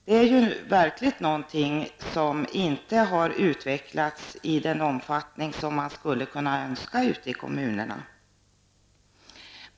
Det är ju verkligen någonting som inte har utvecklats i den omfattning som man skulle kunna önska ute i kommunerna.